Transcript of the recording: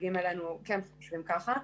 כן חושבים ככה.